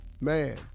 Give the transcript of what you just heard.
Man